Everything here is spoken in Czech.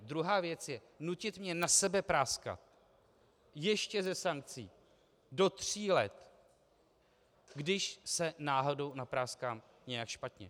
Druhá věc je nutit mě na sebe práskat, ještě se sankcí do tří let, když se náhodou napráskám nějak špatně.